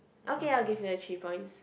okay I will give you a three points